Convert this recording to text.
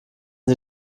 sie